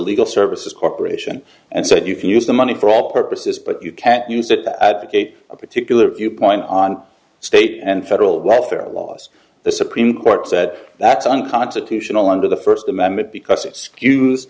legal services corporation and said you can use the money for all purposes but you can't use it that advocate a particular viewpoint on state and federal welfare laws the supreme court said that's unconstitutional under the first amendment because